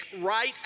right